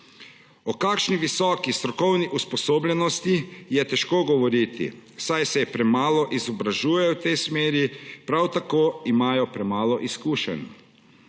O kakšni visoki strokovni usposobljenosti je težko govoriti, saj se premalo izobražujejo v tej smeri, prav tako imajo premalo izkušenj.